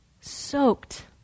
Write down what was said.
soaked